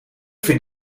vind